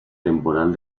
temporal